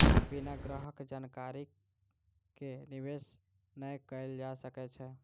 बिना ग्राहक जानकारी के निवेश नै कयल जा सकै छै